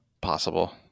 Possible